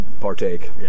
partake